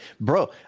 bro